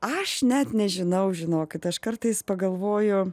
aš net nežinau žinokit aš kartais pagalvoju